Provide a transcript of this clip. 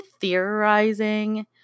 theorizing